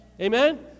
Amen